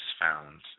found